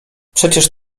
przecież